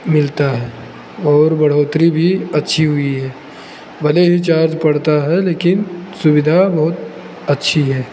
मिलता है और बढ़ोत्तरी भी अच्छी हुई है भले ही चार्ज पड़ता है लेकिन सुविधा बहुत अच्छी है